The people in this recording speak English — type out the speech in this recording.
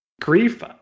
Grief